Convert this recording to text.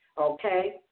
okay